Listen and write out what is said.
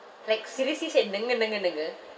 like seriously said